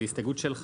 זאת הסתייגות שלך?